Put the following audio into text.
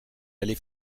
allait